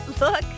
look